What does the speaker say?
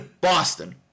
Boston